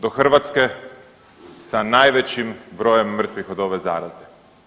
Do Hrvatske sa najvećim brojem mrtvih od ove zaraze.